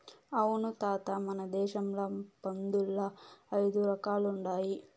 అవును తాత మన దేశంల పందుల్ల ఐదు రకాలుండాయి